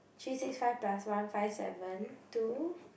three six five plus one five seven two